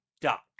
duck